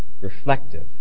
reflective